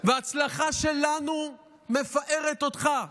וההצלחה שלנו מפארת אותך.